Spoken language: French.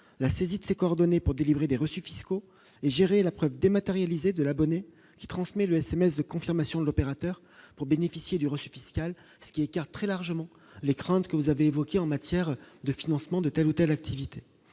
la saisie de ses coordonnées pour délivrer des reçus fiscaux et gérer l'après-dématérialisé de l'abonné qui transmet le SMS de confirmation de l'opérateur pour bénéficier du reçu fiscal, ce qui écarte très largement les craintes que vous avez évoquées en matière de financement de telle ou telle activité,